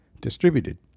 distributed